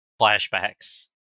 Flashbacks